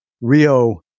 Rio